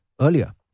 earlier